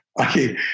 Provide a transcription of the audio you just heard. okay